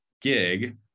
gig